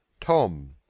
Tom